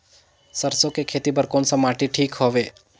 सरसो के खेती बार कोन सा माटी ठीक हवे?